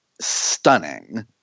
stunning